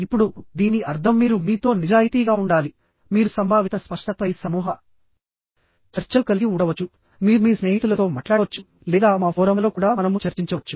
ఇప్పుడు దీని అర్థం మీరు మీతో నిజాయితీగా ఉండాలి మీరు సంభావిత స్పష్టతపై సమూహ చర్చలు కలిగి ఉండవచ్చు మీరు మీ స్నేహితులతో మాట్లాడవచ్చు లేదా మా ఫోరమ్లలో కూడా మనము చర్చించవచ్చు